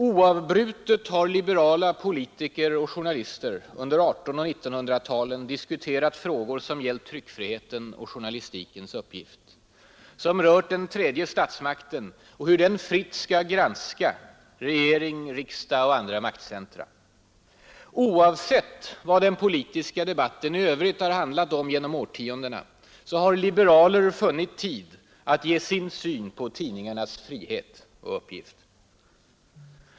Oavbrutet har liberala politiker och journalister under 1800 och 1900-talen diskuterat frågor som gällt tryckfriheten och journalistikens uppgift, som rört den tredje statsmakten och hur den fritt skall kunna granska regering, riksdag och andra maktcentra. Oavsett vad den politiska debatten i övrigt har handlat om genom årtiondena har liberaler funnit tid att ge sin syn på tidningarnas frihet och uppgift.